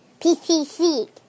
PCC